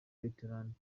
veteran